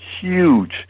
huge